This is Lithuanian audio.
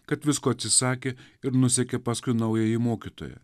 kad visko atsisakė ir nusekė paskui naująjį mokytoją